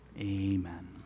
amen